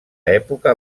època